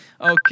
Okay